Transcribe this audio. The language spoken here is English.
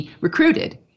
recruited